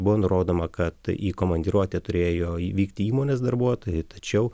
buvo nurodoma kad į komandiruotę turėjo vykti įmonės darbuotojai tačiau